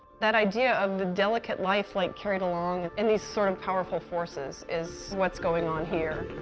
that idea of the delicate life link carried along and these sort of powerful forces is what's going on here.